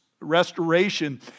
restoration